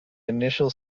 initial